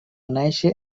néixer